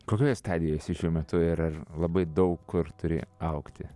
kokioje stadijoj esi šiuo metu ir ar labai daug kur turi augti